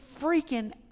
freaking